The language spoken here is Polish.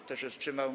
Kto się wstrzymał?